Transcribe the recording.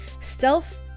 self